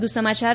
વધુ સમાચાર